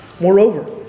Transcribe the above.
Moreover